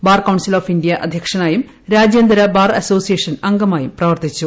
bar council of India അധ്യക്ഷനായും രാജ്യാന്തര bar association അംഗമായും പ്രവർത്തിച്ചു